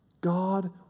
god